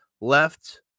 left